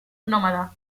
nómadas